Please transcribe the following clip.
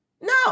No